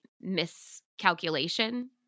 miscalculation